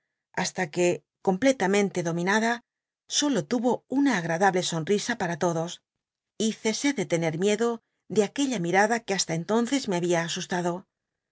hasta que completamente dom inada solo tuvo una agradable sonrisa para todos y cesé de biblioteca nacional de españa da vid copperfield tener miedo de aquella mirada que basta entonces me había asustado